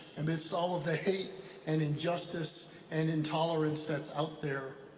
amidst all of the hate and injustice and intolerance that's out there.